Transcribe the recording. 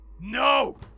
No